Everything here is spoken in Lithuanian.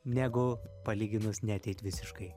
negu palyginus neateit visiškai